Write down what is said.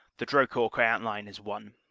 the dro court-queant line is won.